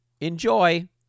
enjoy